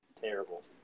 terrible